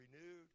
renewed